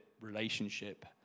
relationship